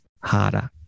harder